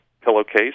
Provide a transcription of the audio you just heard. pillowcase